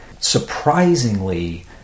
surprisingly